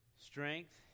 strength